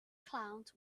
clowns